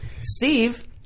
Steve